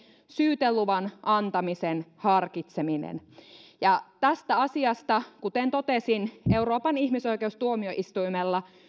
syyteluvan antamisen harkitseminen tästä asiasta kuten totesin euroopan ihmisoikeustuomioistuimella